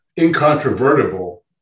incontrovertible